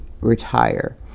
retire